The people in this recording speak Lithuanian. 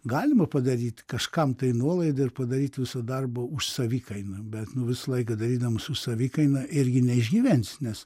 galima padaryt kažkam tai nuolaidą ir padaryt visą darbą už savikainą bet nu visą laiką darydamas už savikainą irgi neišgyvensi nes